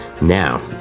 now